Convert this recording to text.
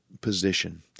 position